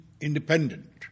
independent